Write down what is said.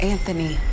Anthony